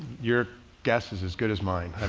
your guess is as good as mine.